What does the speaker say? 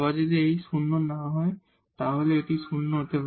যদি h আবার শূন্য না হয় তাহলে এটি 0 হতে পারে